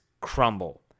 crumble